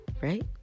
right